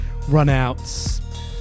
Runouts